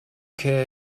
care